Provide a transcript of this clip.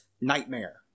nightmare